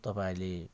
तपाईँहरूले